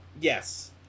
Yes